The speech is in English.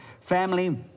Family